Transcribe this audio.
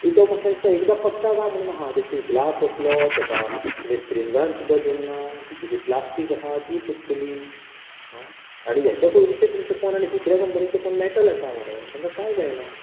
so म्हाका दिसता एकदां पडटा काय म्हणून हांव ताचेर ग्लास वतलो ताका तुमी स्क्रीन गार्ड सुद्दां दिवंक ना ताची ती प्लास्टीक आसा ती फुट्टली आं आनी हाच्या पयलीचे फोन तुमचे आनी दुसरे कंपनीचे फोन मॅटल येता मरे तांका काय जायना